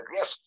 Yes